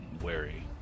wary